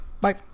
Bye